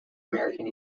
american